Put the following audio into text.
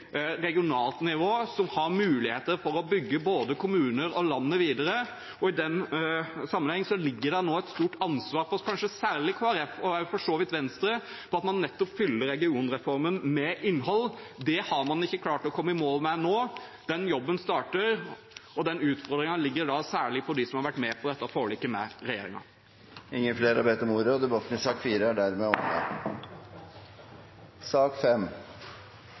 regionalt nivå som har muligheter for å bygge både kommuner og landet videre. Og i den sammenheng ligger det et stort ansvar på kanskje særlig Kristelig Folkeparti, og for så vidt Venstre, for at man fyller regionreformen med innhold. Det har man ikke klart å komme i mål med nå. Den jobben starter, og utfordringen ligger særlig på dem som har vært med på dette forliket med regjeringen. Flere har ikke bedt om ordet til sak nr. 4. Ingen har bedt om ordet. Etter ønske fra helse- og